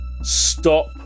Stop